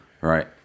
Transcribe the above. Right